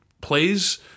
plays